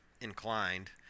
inclined